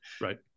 Right